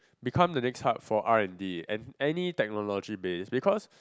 become the next hub for R and D any technology base because